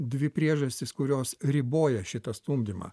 dvi priežastys kurios riboja šitą stumdymą